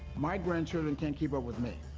my grandchildren can't keep up with me.